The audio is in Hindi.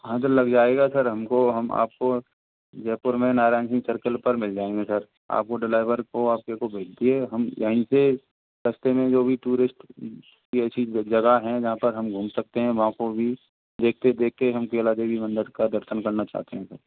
हाँ तो लग जाएगा सर हमको हम आपको जयपुर में नारायण सिंह सर्कल पर मिल जायेंगे सर आपके ड्राइवर को भेज दिए हम यहीं से रस्ते में जो भी टुरिस्ट जगह है जहाँ पर हम घूम सकते है वहाँ पर भी देखते देखते केला देवी मंदिर का दर्शन करना चाहते है सर